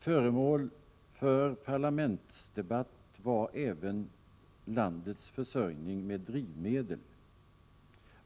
Föremål för parlamentsdebatt var även landets försörjning med drivmedel.